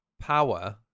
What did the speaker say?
power